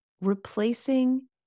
replacing